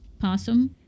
Possum